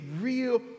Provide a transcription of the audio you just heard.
real